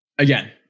Again